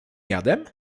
jadem